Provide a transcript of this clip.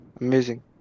Amazing